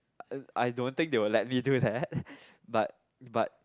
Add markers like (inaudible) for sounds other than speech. (noise) I don't think they will let me do that but but